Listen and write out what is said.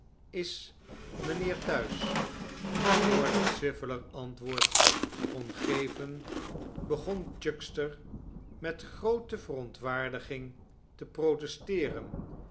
is mijnheer thuis voordat swiveller antwoord kon geven begon chuckster met groote verontwaardiging te protesteeren